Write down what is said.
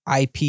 IP